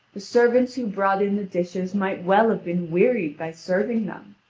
the servants who brought in the dishes might well have been wearied by serving them.